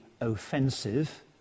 offensive